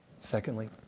Secondly